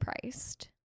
priced